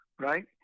right